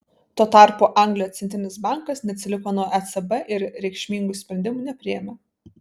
tuo tarpu anglijos centrinis bankas neatsiliko nuo ecb ir reikšmingų sprendimų nepriėmė